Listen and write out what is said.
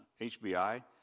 HBI